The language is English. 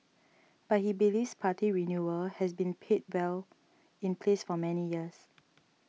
but he believes party renewal has been paid well in place for many years